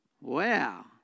Wow